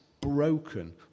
broken